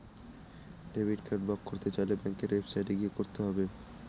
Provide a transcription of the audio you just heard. debit card block করতে চাইলে ব্যাঙ্কের ওয়েবসাইটে গিয়ে করতে হবে